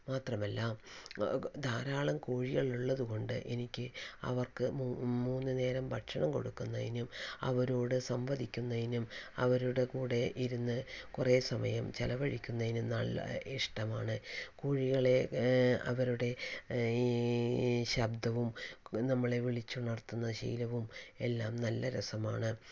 മാത്രമല്ല ധാരാളം കോഴികളുള്ളത് കൊണ്ട് എനിക്ക് അവർക്ക് മൂന്ന് നേരം ഭക്ഷണം കൊടുക്കുന്നതിനും അവരോട് സംവദിക്കുന്നതിനും അവരുടെ കൂടെ ഇരുന്ന് കുറേ സമയം ചിലവഴിക്കുന്നതിനും നല്ല ഇഷ്ടമാണ് കോഴികളെ അവരുടെ ഈ ശബ്ദവും നമ്മളെ വിളിച്ചുണർത്തുന്ന ശീലവും എല്ലാം നല്ല രസമാണ്